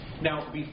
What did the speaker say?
Now